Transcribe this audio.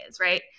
right